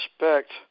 respect